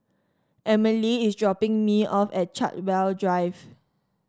Emilie is dropping me off at Chartwell Drive